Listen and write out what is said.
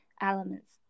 elements